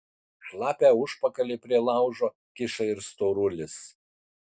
šlapią užpakalį prie laužo kiša ir storulis